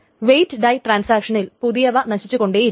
weight die ട്രാൻസാക്ഷനിൽ പുതിയവ നശിച്ചു കൊണ്ടേയിരിക്കും